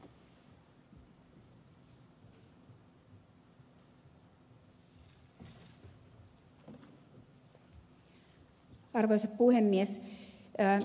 arvoisa puhemies